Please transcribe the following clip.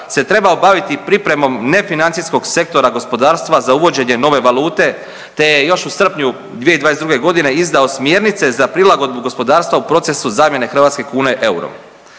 se trebao baviti pripremom nefinancijskog sektora gospodarstva za uvođenje nove valute, te je još u srpnju 2022.g. izdao smjernice za prilagodbu gospodarstva u procesu zamjene hrvatske kune eurom.